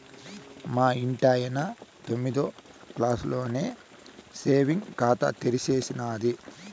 మా ఇంటాయన తొమ్మిదో క్లాసులోనే సేవింగ్స్ ఖాతా తెరిచేసినాది